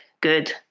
good